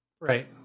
Right